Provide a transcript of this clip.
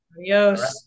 Adios